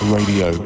Radio